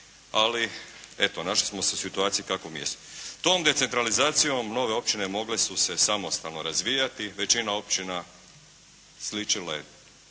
ali eto našli smo se u situaciji u kakvoj jesmo. Tom decentralizacijom nove općine mogle su se samostalno razvijati. Većina općina sličila je,